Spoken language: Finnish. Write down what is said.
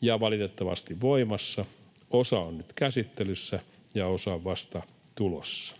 ja valitettavasti voimassa, osa on nyt käsittelyssä ja osa on vasta tulossa.